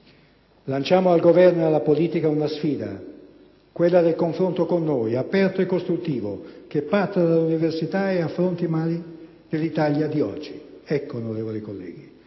Lanciamo al Governo ed alla politica una sfida, quella al confronto con noi, aperto e costruttivo, che parta dall'università e affronti i mali dell'Italia di oggi». Ecco, onorevoli colleghi,